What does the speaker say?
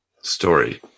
story